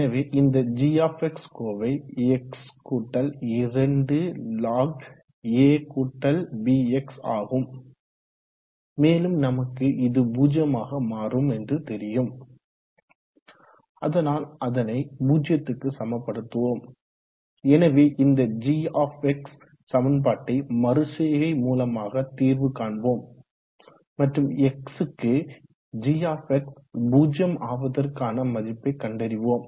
எனவே இந்த g கோவை x 2 log10abx ஆகும் மேலும் நமக்கு இது 0 ஆக மாறும் என்று தெரியும் அதனால் அதனை 0 க்கு சமப்படுத்துவோம் எனவே இந்த g சமன்பாட்டை மறுசெய்கை மூலமாக தீர்வு காணுவோம் மற்றும் x க்கு g 0 ஆவதற்கான மதிப்பை கண்டறிவோம்